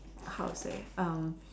how to say um